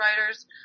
writers